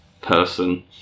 person